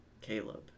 caleb